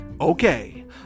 Okay